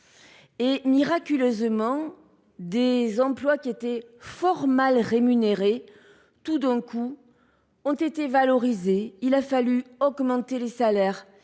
miraculeusement, des emplois qui étaient fort mal rémunérés ont été soudain revalorisés. Il a fallu augmenter les salaires